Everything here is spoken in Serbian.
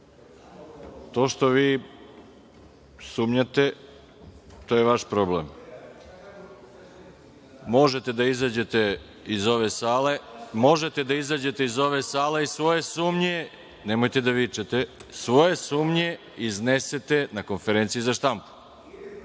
to što vi sumnjate to je vaš problem. Možete da izađete iz ove sale i svoje sumnje, nemojte da vičete, svoje sumnje iznesete na konferenciji za štampu.